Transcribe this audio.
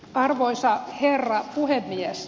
arvoisa herra puhemies